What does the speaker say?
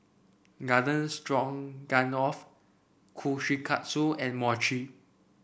Garden Stroganoff Kushikatsu and Mochi